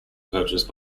purchase